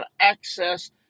access